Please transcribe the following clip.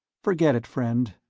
forget it, friend.